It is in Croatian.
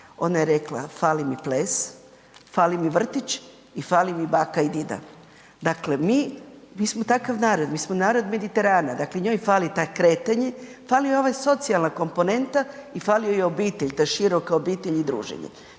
ona je rekla fali mi ples, fali mi vrtić i fale mi baka i dida. Dakle, mi smo takav narod, mi smo narod Mediterana, dakle njoj fali kretanje, fali joj ova socijalna komponenta i fali joj obitelj, ta široka obitelj i druženje.